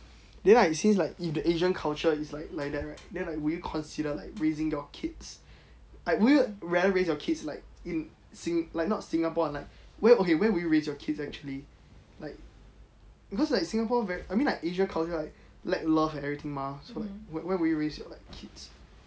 then like since like if the asian culture is like like that right then would you consider like raising your kids like would you rather raise your kids like in sin~ like not singapore like where okay where would you raise your kinds actually like cause like singapore very I mean like asia culture like love and everything mah so where would you raise your like kids